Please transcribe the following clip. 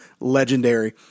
legendary